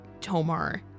Tomar